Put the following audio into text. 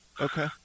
Okay